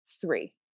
three